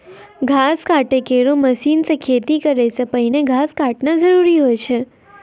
घास काटै केरो मसीन सें खेती करै सें पहिने घास काटना जरूरी होय छै?